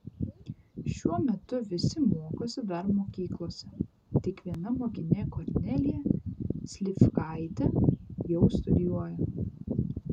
šiuo metu visi mokosi dar mokyklose tik viena mokinė kornelija slivkaitė jau studijuoja